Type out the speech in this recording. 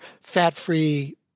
fat-free